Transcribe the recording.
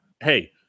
hey